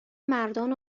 مردان